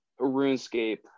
RuneScape